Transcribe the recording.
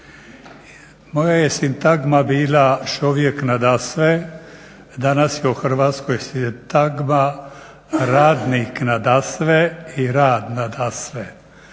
Moja je sintagma bila "čovjek nadasve", danas je u Hrvatskoj sintagma "radnik nadasve i rad nadasve",